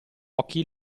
occhi